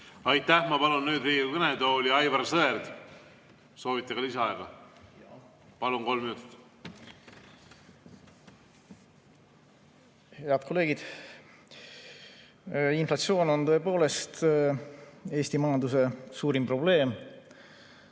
Aitäh! Ma palun nüüd Riigikogu kõnetooli Aivar Sõerdi. Soovite ka lisaaega? Palun, kolm minutit! Head kolleegid! Inflatsioon on tõepoolest Eesti majanduse suurim probleem